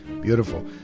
Beautiful